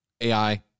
AI